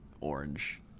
orange